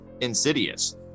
insidious